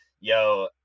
yo